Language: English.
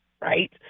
right